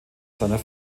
seiner